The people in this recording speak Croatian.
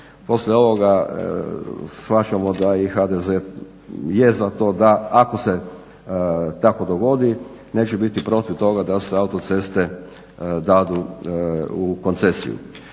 poslije ovoga shvaćamo da i HDZ je za to da ako se tako dogodi neće biti protiv toga da se autoceste daju u koncesiju.